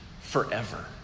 forever